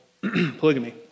polygamy